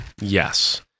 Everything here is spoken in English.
Yes